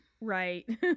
Right